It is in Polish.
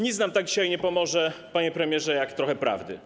Nic nam tak dzisiaj nie pomoże, panie premierze, jak trochę prawdy.